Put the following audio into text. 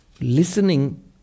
listening